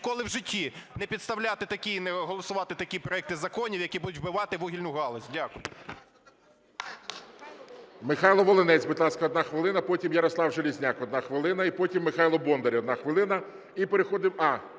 ніколи в житті не підставляти такі, не голосувати такі проекти законів, які будуть вбивати вугільну галузь. Дякую.